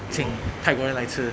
请泰国人来吃